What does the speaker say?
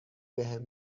بهم